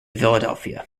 philadelphia